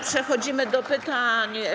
Przechodzimy do pytań.